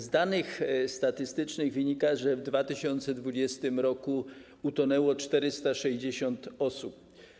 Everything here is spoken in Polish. Z danych statystycznych wynika, że w 2020 r. utonęło 460 osób.